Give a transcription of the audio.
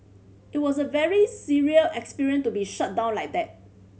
it was a very surreal experience to be shut down like that